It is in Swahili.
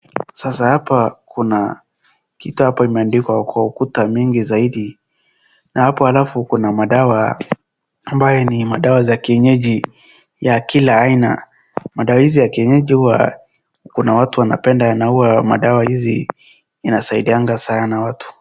Sasa hapa kuna kitu imeandikwa apa kwa ukuta mingi zaidi na hapo alafu kuna madawa ambayo ni madawa za kienyeji ya kila aina, madawa hizi ya kienyeji huwa kuna watu huwa wanapenda, madawa hivi inasaidianga sana watu.